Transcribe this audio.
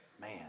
Man